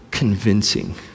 convincing